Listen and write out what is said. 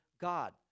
God